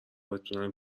بتونن